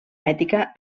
ètica